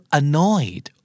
annoyed